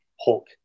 Hulk